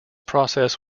process